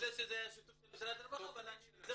להיות שזה היה בשיתוף משרד הרווחה אבל אני אבדוק.